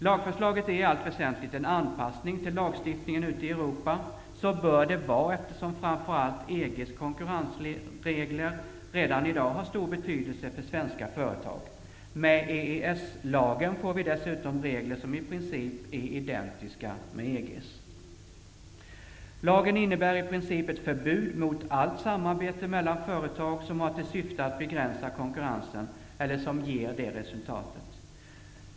Lagförslaget är i allt väsentligt en anpassning till lagstiftningen ute i Europa. Så bör det vara, eftersom framför allt EG:s konkurrensregler redan i dag har stor betydelse för svenska företag. Med EES-lagen får vi dessutom regler som i princip är identiska med EG:s. Lagen innebär i princip ett förbud mot allt samarbete mellan företag som har till syfte att begränsa konkurrensen eller som ger det resultatet.